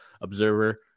observer